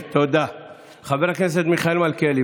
בעוזרות הפרלמנטריות